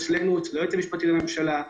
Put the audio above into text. אצלנו ואצל היועץ המשפטי לממשלה,